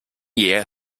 year